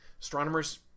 astronomers